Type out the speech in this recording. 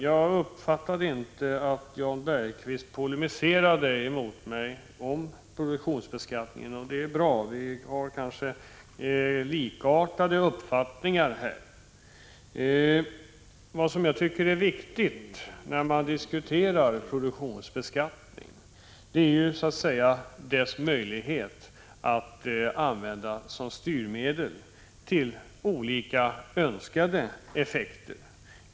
Jag uppfattade inte att Jan Bergqvist polemiserade mot mig om produktionsbeskattningen. Det är bra. Vi har kanske likartade uppfattningar härvidlag. Men vad jag tycker är viktigt att diskutera i samband med produktionsbeskattning är att diskutera möjligheten att använda den som styrmedel för att nå olika önskade effekter.